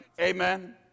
Amen